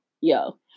yo